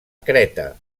creta